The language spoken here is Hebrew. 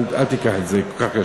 אל תיקח את זה כל כך קשה.